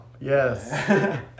Yes